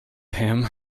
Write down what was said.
him